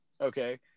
Okay